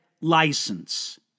license